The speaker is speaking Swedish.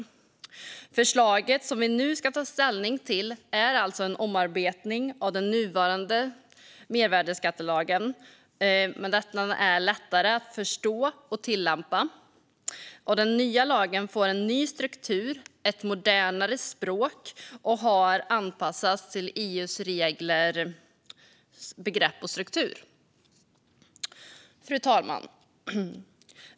Det förslag som vi nu ska ta ställning till är alltså en omarbetning av den nuvarande mervärdesskattelagen som är lättare att förstå och tillämpa. Den nya lagen får en ny struktur och ett modernare språk och har anpassats till EU-reglernas begrepp och struktur. Fru talman!